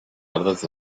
ardatz